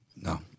No